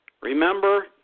remember